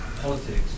politics